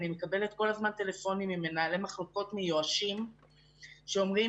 אני מקבלת כל הזמן טלפונים ממנהלי מחלקות מיואשים שאומרים